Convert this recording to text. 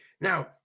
Now